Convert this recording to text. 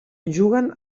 juguen